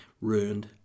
ruined